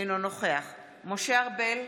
אינו נוכח משה ארבל,